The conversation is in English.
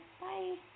Bye